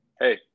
Hey